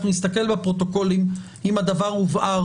אנחנו נסתכל בפרוטוקולים אם הדבר הובהר